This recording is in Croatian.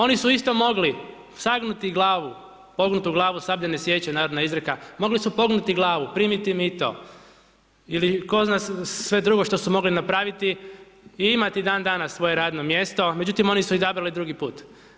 Oni su isto mogli sagnuti glavu, pognutu glavu sablja ne siječe, narodna izreka, mogli su pognuti glavu, primiti mito ili tko zna sve drugo šta su mogli napraviti i imati dan danas svoje radno mjesto, međutim, oni su izabrali drugi put.